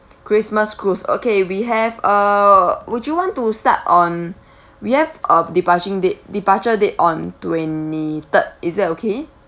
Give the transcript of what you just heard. christmas cruise okay we have uh would you want to start on we have uh departing date departure date on twenty third is that okay